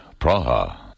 Praha